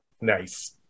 Nice